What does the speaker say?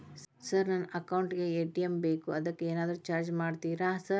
Sir ನನ್ನ account ಗೇ ATM ಬೇಕು ಅದಕ್ಕ ಏನಾದ್ರು ಚಾರ್ಜ್ ಮಾಡ್ತೇರಾ ಸರ್?